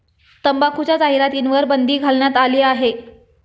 तंबाखूच्या जाहिरातींवर बंदी घालण्यात आली आहे